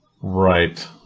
Right